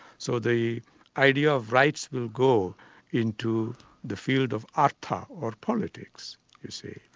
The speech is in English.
so the idea of rights will go into the field of artha, or politics you see.